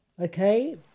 okay